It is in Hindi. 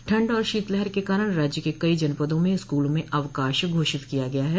ठंड और शीतलहर के कारण राज्य के कई जनपदों में स्कूलों में अवकाश घोषित किया गया है